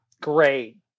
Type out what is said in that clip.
great